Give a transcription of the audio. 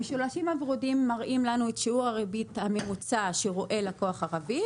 המשולשים הוורודים מראים לנו את שיעור הריבית הממוצע שרואה לקוח ערבי,